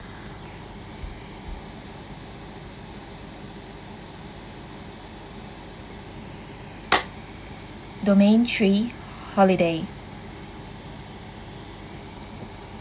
domain three holiday